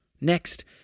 Next